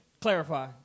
Clarify